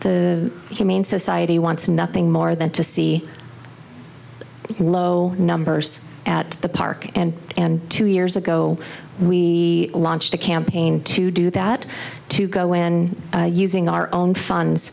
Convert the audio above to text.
the humane society wants nothing more than to see low numbers at the park and and two years ago we launched a campaign to do that to go in using our own funds